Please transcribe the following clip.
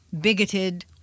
bigoted